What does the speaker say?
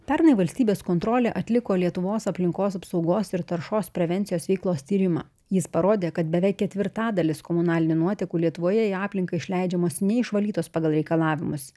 pernai valstybės kontrolė atliko lietuvos aplinkos apsaugos ir taršos prevencijos veiklos tyrimą jis parodė kad beveik ketvirtadalis komunalinių nuotekų lietuvoje į aplinką išleidžiamos neišvalytos pagal reikalavimus